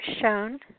shown